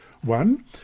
One